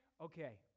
Okay